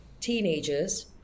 teenagers